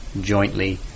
jointly